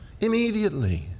immediately